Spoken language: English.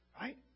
Right